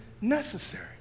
necessary